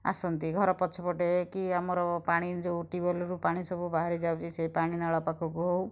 ଆସନ୍ତି ଘର ପଛପଟେ କି ଆମର ପାଣି ଯେଉଁ ଟ୍ୟୁବ୍ୱେଲରୁ ପାଣି ସବୁ ବାହାରି ଯାଉଚି ସେ ପାଣି ନଳ ପାଖକୁ ହେଉ